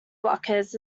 blockers